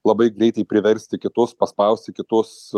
labai greitai priversti kitus paspausti kitus